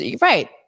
Right